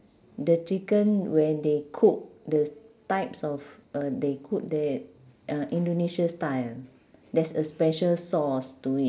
the chicken when they cook the types of uh they cook the uh indonesia style there's a special sauce to it